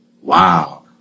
Wow